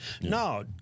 No